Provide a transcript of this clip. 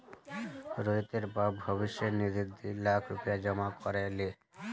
रोहितेर बाप भविष्य निधित दी लाख रुपया जमा कर ले